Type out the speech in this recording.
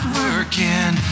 working